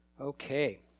Okay